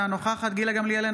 אינה נוכחת גילה גמליאל,